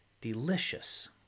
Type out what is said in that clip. delicious